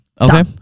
Okay